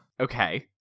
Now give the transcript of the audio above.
Okay